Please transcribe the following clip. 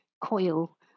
coil